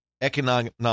economic